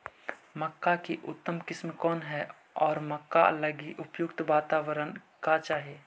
मक्का की उतम किस्म कौन है और मक्का लागि उपयुक्त बाताबरण का चाही?